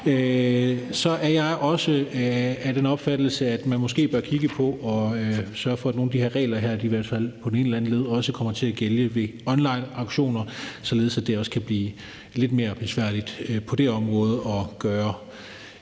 – er jeg også af den opfattelse, at man måske bør kigge på, at man sørger for, at nogle af de her regler i hvert fald på den ene eller den anden led også kommer til at gælde ved onlineauktioner, således at det også kan blive lidt mere besværligt på det område at lave,